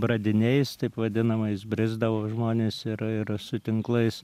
bradiniais taip vadinamais brisdavo žmonės ir ir su tinklais